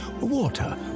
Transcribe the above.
Water